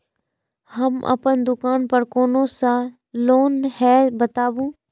हम अपन दुकान पर कोन सा लोन हैं बताबू?